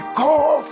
call